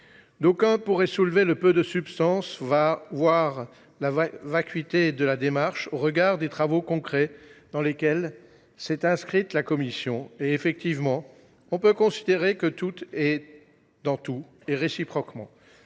D’aucuns pourraient soulever le peu de substance, voire la vacuité, de cette démarche au regard des travaux concrets de la commission. Effectivement, on peut considérer que tout est dans tout, et réciproquement